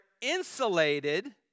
insulated